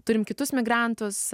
turim kitus migrantus